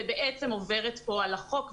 ובעצם עוברת פה על החוק.